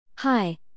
Hi